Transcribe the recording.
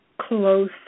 Close